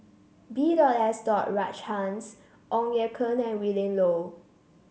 B dot S dot Rajhans Ong Ye Kung and Willin Low